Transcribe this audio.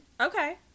Okay